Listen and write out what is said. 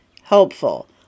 helpful